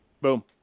Boom